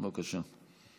בבקשה.